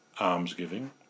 almsgiving